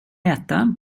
äta